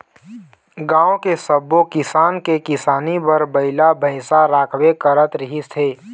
गाँव के सब्बो किसान के किसानी बर बइला भइसा राखबे करत रिहिस हे